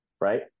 Right